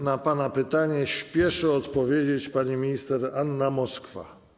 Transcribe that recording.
Na pana pytanie spieszy odpowiedzieć pani minister Anna Moskwa.